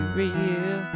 real